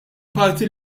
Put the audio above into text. parti